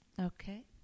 Okay